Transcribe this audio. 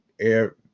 air